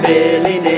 Billy